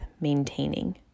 maintaining